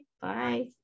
Bye